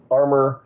armor